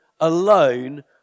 alone